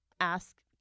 ask